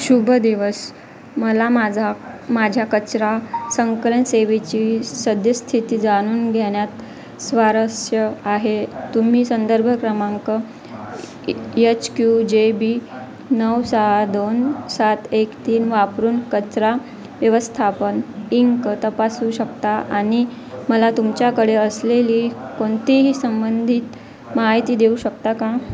शुभ दिवस मला माझा माझ्या कचरा संकलन सेवेची सद्यस्थिती जाणून घेण्यात स्वारस्य आहे तुम्ही संदर्भ क्रमांक यच क्यू जे बी नऊ सहा दोन सात एक तीन वापरून कचरा व्यवस्थापन इंक तपासू शकता आणि मला तुमच्याकडे असलेली कोणतीही संबंधित माहिती देऊ शकता का